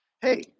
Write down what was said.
Hey